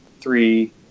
three